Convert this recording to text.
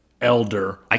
Elder